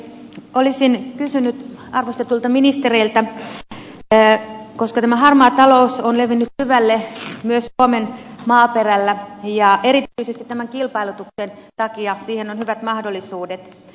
olisin kysynyt kysymyksen arvostetuilta ministereiltä koska tämä harmaa talous on levinnyt syvälle myös suomen maaperällä ja erityisesti tämän kilpailutuksen takia siihen on hyvät mahdollisuudet